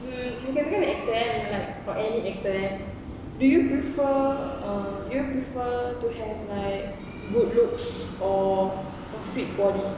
hmm if you can become an actor eh and like any actor eh do you prefer uh do you prefer to have like good looks or a fit body